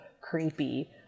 creepy